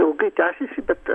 ilgai tęsiasi bet